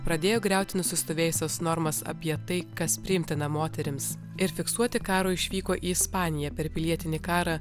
pradėjo griauti nusistovėjusias normas apie tai kas priimtina moterims ir fiksuoti karo išvyko į ispaniją per pilietinį karą